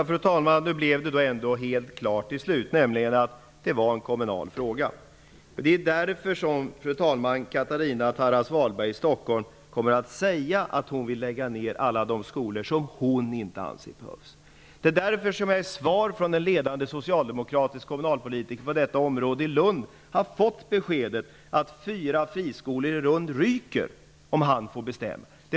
Fru talman! Det blev då ändå helt klart till slut: detta är en kommunal fråga. Det är därför som Catarina Tarras-Wahlberg i Stockholm kommer att säga att hon vill lägga ner alla de skolor som hon inte anser behövs. Det är därför som jag som svar från en ledande socialdemokratisk kommunalpolitiker på detta område i Lund har fått beskedet att fyra friskolor i Lund kommer att ryka om han får bestämma.